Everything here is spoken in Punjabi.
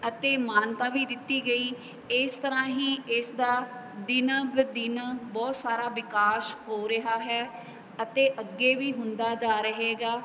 ਅਤੇ ਮਾਨਤਾ ਵੀ ਦਿੱਤੀ ਗਈ ਇਸ ਤਰ੍ਹਾਂ ਹੀ ਇਸ ਦਾ ਦਿਨ ਬ ਦਿਨ ਬਹੁਤ ਸਾਰਾ ਵਿਕਾਸ ਹੋ ਰਿਹਾ ਹੈ ਅਤੇ ਅੱਗੇ ਵੀ ਹੁੰਦਾ ਜਾ ਰਹੇਗਾ